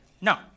No